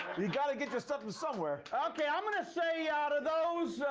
you gotta get your stuff from somewhere. ok, i'm gonna say out of those,